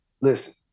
listen